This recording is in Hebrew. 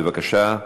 בבקשה.